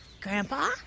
Grandpa